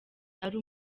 ari